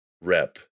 rep